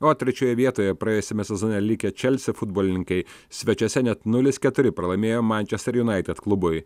o trečioje vietoje praėjusiame sezone likę chelsea futbolininkai svečiuose net nulis keturi pralaimėjo manchester united klubui